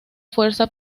fuerza